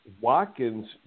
Watkins